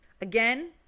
Again